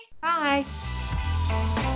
Bye